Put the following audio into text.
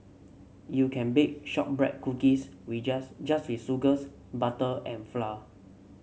you can bake shortbread cookies we just just with sugars butter and flour